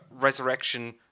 resurrection